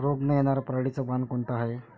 रोग न येनार पराटीचं वान कोनतं हाये?